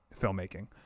filmmaking